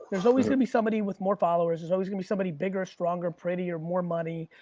there's always gonna be somebody with more followers, there's always gonna be somebody bigger, stronger, prettier, more money.